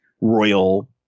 royal